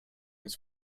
his